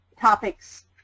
topics